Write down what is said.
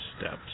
steps